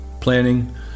planning